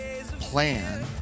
plan